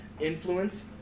influence